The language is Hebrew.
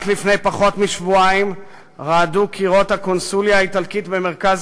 רק לפני פחות משבועיים רעדו קירות הקונסוליה האיטלקית במרכז